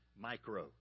micro